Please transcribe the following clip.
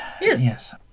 Yes